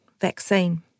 vaccine